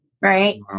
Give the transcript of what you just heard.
right